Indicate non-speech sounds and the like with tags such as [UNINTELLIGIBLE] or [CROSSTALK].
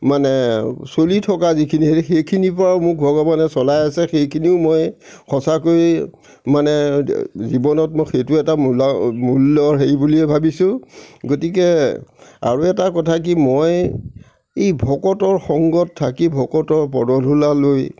মানে চলি থকা যিখিনি হেৰি সেইখিনিৰপৰাও মোক ভগৱানে চলাই আছে সেইখিনিও মই সঁচাকৈ মানে জীৱনত মই সেইটো এটা [UNINTELLIGIBLE] মূল্য হেৰি বুলিয়ে ভাবিছোঁ গতিকে আৰু এটা কথা কি মই এই ভকতৰ সংগত থাকি ভকতৰ পদধূলা লৈ